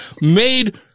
made